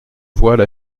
voile